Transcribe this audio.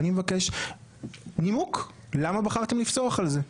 ואני מבקש נימוק למה בחרתם לפסוח על זה?